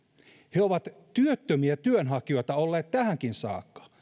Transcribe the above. he ovat työttömiä työnhakijoita olleet tähänkin saakka